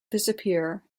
disappear